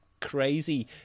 crazy